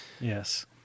yes